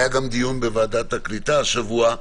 היה גם דיון בוועדת הקליטה השבוע.